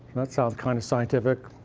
that sounds kind of scientific.